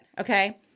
okay